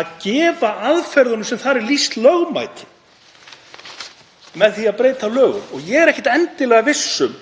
að gefa aðferðunum sem þar er lýst lögmæti með því að breyta lögum. Ég er ekkert endilega viss um